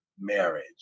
Marriage